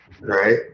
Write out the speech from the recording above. Right